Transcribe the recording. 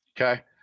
Okay